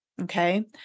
okay